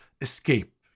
escape